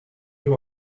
you